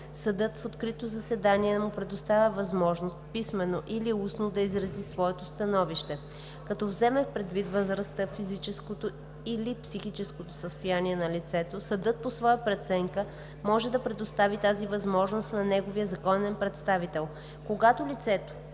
съдът в открито заседание му предоставя възможност писмено или устно да изрази своето становище. Като вземе предвид възрастта, физическото или психическото състояние на лицето, съдът по своя преценка може да предостави тази възможност на неговия законен представител. Когато лицето